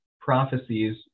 prophecies